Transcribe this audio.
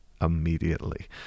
immediately